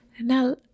Now